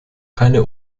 keine